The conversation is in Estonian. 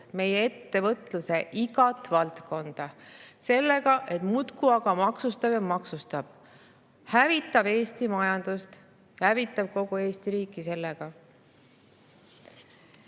meie ettevõtluse igat valdkonda sellega, et muudkui maksustab ja maksustab. Hävitab Eesti majandust ja hävitab kogu Eesti riiki.